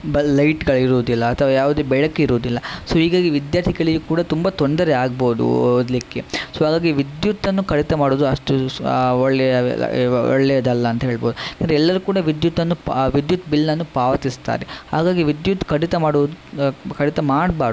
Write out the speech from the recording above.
ಬಲ್ ಲೈಟ್ಗಳು ಇರುವುದಿಲ್ಲ ಅಥವಾ ಯಾವುದೇ ಬೆಳಕು ಇರುವುದಿಲ್ಲ ಸೊ ಹೀಗಾಗಿ ವಿದ್ಯಾರ್ಥಿಗಳಿಗೆ ಕೂಡ ತುಂಬ ತೊಂದರೆಯಾಗ್ಬೋದು ಓದಲಿಕ್ಕೆ ಸೊ ಹಾಗಾಗಿ ವಿದ್ಯುತ್ತನ್ನು ಕಡಿತ ಮಾಡುವುದು ಅಷ್ಟು ಒಳ್ಳೆಯ ಒಳ್ಳೆಯದಲ್ಲ ಅಂತ ಹೇಳ್ಬೋದು ಯಾಕಂದರೆ ಎಲ್ಲರೂ ಕೂಡ ವಿದ್ಯುತ್ತನ್ನು ಪಾ ವಿದ್ಯುತ್ ಬಿಲ್ಲನ್ನು ಪಾವತಿಸ್ತಾರೆ ಹಾಗಾಗಿ ವಿದ್ಯುತ್ ಕಡಿತ ಮಾಡುವುದು ಕಡಿತ ಮಾಡಬಾರ್ದು